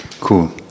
Cool